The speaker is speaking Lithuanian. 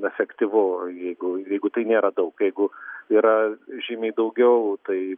efektyvu jeigu jeigu tai nėra daug jeigu yra žymiai daugiau tai